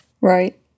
Right